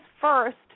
first